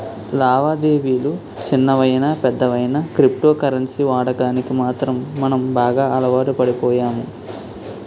లావాదేవిలు చిన్నవయినా పెద్దవయినా క్రిప్టో కరెన్సీ వాడకానికి మాత్రం మనం బాగా అలవాటుపడిపోయాము